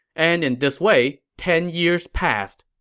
and in this way, ten years passed.